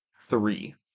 three